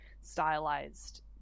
stylized